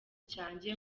cyanjye